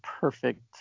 perfect